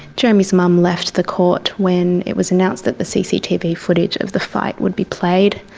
jeremy's mum left the court when it was announced that the cctv footage of the fight would be played.